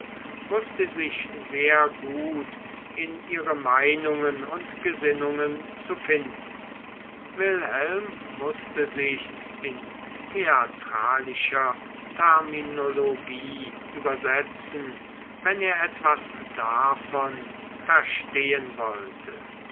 wußte sich sehr gut in ihre meinungen und gesinnungen zu finden wilhelm mußte sich's in theatralische terminologie übersetzen wenn er etwas davon verstehen wollte